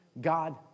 God